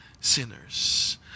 sinners